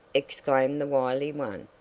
exclaimed the wily one.